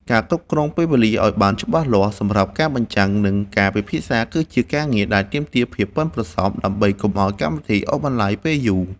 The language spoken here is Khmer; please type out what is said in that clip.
ការគ្រប់គ្រងពេលវេលាឱ្យបានច្បាស់លាស់សម្រាប់ការបញ្ចាំង និងការពិភាក្សា គឺជាការងារដែលទាមទារភាពប៉ិនប្រសប់ ដើម្បីកុំឱ្យកម្មវិធីអូសបន្លាយយូរពេក។